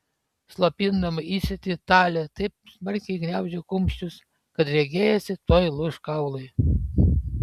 slopindama įsiūtį talė taip smarkiai gniaužė kumščius kad regėjosi tuoj lūš kaulai